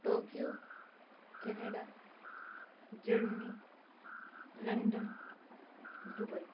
Tokyo Canada Germany London Dubai